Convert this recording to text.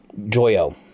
Joyo